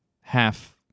half